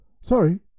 Sorry